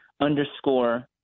underscore